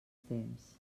temps